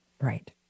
Right